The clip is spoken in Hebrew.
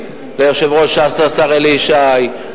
ליושב-ראש ש"ס השר אלי ישי,